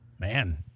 man